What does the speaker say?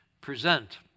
Present